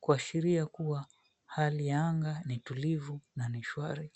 kuashiria kuwa hali ya anga ni tulivu na ni shwari.